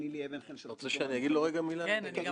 אני מסכים איתך.